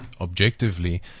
objectively